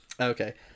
Okay